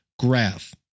graph